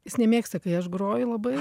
jis nemėgsta kai aš groju labai